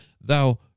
thou